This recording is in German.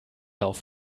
auf